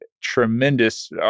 tremendous